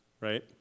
right